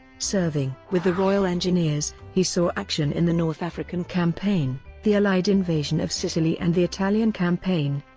serving with the royal engineers, he saw action in the north african campaign, the allied invasion of sicily and the italian campaign,